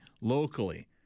locally